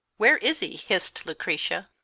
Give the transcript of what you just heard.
where is he? hissed lucretia.